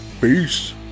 peace